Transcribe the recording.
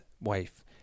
wife